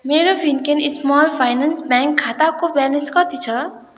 मेरो फिनकेन small finance bank खाताको ब्यालेन्स कति छ